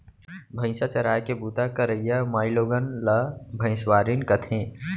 भईंसा चराय के बूता करइया माइलोगन ला भइंसवारिन कथें